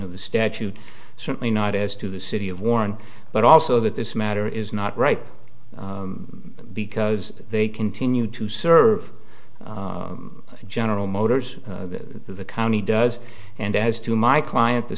of the statute certainly not as to the city of warren but also that this matter is not right because they continue to serve general motors the county does and as to my client the